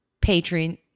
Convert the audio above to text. patron